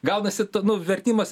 gaunas nu vertimas